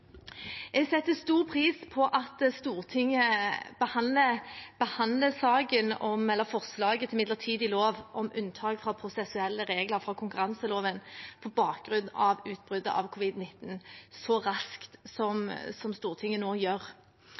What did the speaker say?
Jeg setter stor pris på at Stortinget behandler forslaget til midlertidig lov om unntak fra prosessuelle regler fra konkurranseloven på bakgrunn av utbruddet av covid-19 så raskt som Stortinget nå gjør.